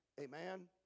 Amen